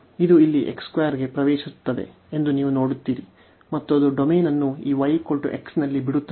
ಇದು ಇಲ್ಲಿ x 2 ಕ್ಕೆ ಪ್ರವೇಶಿಸುತ್ತದೆ ಎಂದು ನೀವು ನೋಡುತ್ತೀರಿ ಮತ್ತು ಅದು ಡೊಮೇನ್ ಅನ್ನು ಈ y x ನಲ್ಲಿ ಬಿಡುತ್ತದೆ